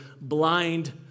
blind